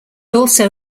also